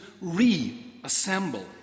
reassemble